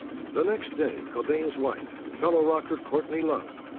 the next day, cobain's wife, fellow rocker courtney love,